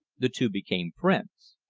the two became friends.